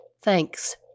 thanks